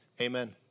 Amen